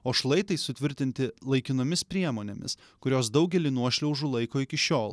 o šlaitai sutvirtinti laikinomis priemonėmis kurios daugelį nuošliaužų laiko iki šiol